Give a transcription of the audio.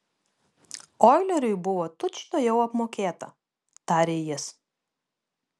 oileriui buvo tučtuojau apmokėta tarė jis